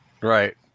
Right